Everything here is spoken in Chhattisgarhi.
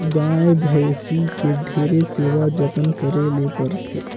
गाय, भइसी के ढेरे सेवा जतन करे ले परथे